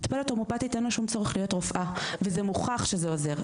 המטפלת ההומאופטית אין לה שום צורך להיות רופאה וזה מוכח שזה עוזר.